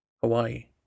hawaii